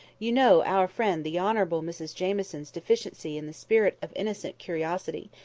you know our friend the honourable mrs jamieson's deficiency in the spirit of innocent curiosity,